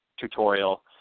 tutorial